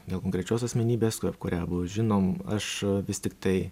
dėl konkrečios asmenybės kurią abu žinom aš vis tiktai